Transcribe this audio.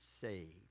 saved